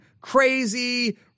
crazy